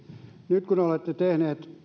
nyt kun olette tehneet